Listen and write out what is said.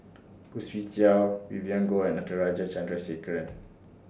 Khoo Swee Chiow Vivien Goh and Natarajan Chandrasekaran